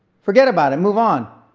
forget about it move on.